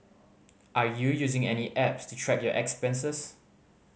are you using any apps to track your expenses